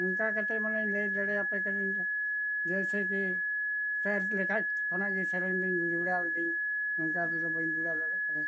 ᱱᱚᱝᱠᱟ ᱠᱟᱛᱮᱫ ᱢᱟᱱᱮᱧ ᱞᱟᱹᱭ ᱫᱟᱲᱮᱭᱟᱯᱮ ᱠᱟᱹᱱᱟᱹᱧ ᱡᱮᱭᱥᱮ ᱠᱤ ᱥᱟᱨᱪ ᱞᱮᱠᱷᱟᱱ ᱚᱱᱟ ᱜᱮ ᱥᱮᱨᱮᱧ ᱫᱩᱧ ᱡᱩᱲᱟᱹᱣ ᱫᱟᱹᱧ ᱱᱚᱝᱠᱟ ᱛᱮᱫᱚ ᱵᱟᱹᱧ ᱡᱩᱲᱟᱹᱣ ᱫᱟᱲᱮᱭᱟᱜ ᱠᱟᱱᱟᱹᱧ